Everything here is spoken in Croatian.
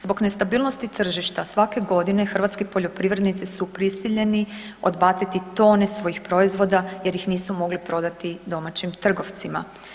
Zbog nestabilnosti tržišta svake godine hrvatski poljoprivrednici su prisiljeni odbaciti tone svojih proizvoda jer ih nisu mogli prodati domaćim trgovcima.